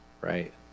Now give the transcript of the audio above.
right